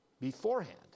beforehand